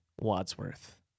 Wadsworth